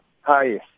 Hi